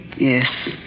Yes